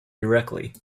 directly